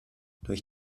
durch